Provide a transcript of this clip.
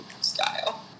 style